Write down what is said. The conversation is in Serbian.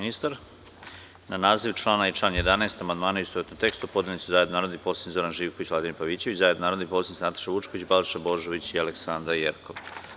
Na naziv člana i član 11. amandmane u istovetnom tekstu podneli su zajedno narodni poslanici Zoran Živković i Vladimir Pavićević i zajedno narodni poslanici Nataša Vučković, Balša Božović i mr Aleksandra Jerkov.